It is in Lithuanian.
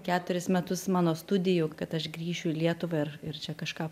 keturis metus mano studijų kad aš grįšiu į lietuvą ir ir čia kažką